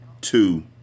two